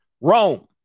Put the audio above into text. Rome